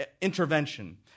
intervention